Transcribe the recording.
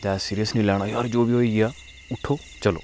इन्ना सिरियस नेईं लैना जे बी होई गेआ उट्ठो ते चलो